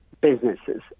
businesses